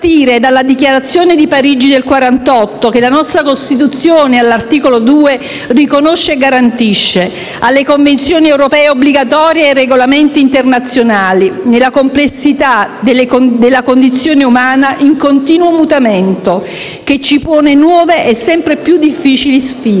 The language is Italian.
partire dalla Dichiarazione di Parigi del 1948, che la nostra Costituzione, all'articolo 2, riconosce e garantisce, fino alle Convenzioni europee obbligatorie e ai Regolamenti internazionali, nella complessità della condizione umana in continuo mutamento che ci pone nuove e sempre più difficili sfide.